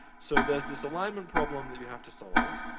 so, there's this alignment problem that you have to solve.